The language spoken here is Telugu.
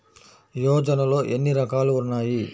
యోజనలో ఏన్ని రకాలు ఉన్నాయి?